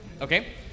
Okay